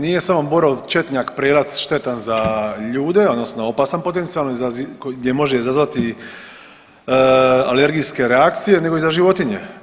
Nije samo borov četnjak, prelac štetan za ljude, odnosno opasan potencijalno, gdje može izazvati alergijske reakcije nego i za životinje.